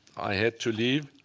i had to leave.